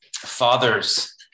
fathers